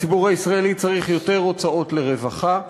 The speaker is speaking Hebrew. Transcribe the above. הציבור הישראלי צריך יותר הוצאות לרווחה,